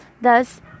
Thus